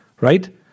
Right